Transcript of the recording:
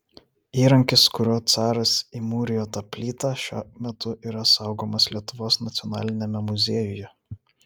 įrankis kuriuo caras įmūrijo tą plytą šiuo metu yra saugomas lietuvos nacionaliniame muziejuje